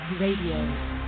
Radio